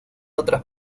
otras